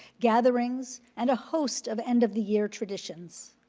gatherings, and a host of end of the year traditions,